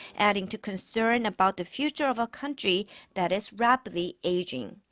adding to concerns about the future of a country that is rapidly aging.